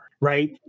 right